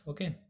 Okay